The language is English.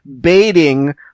baiting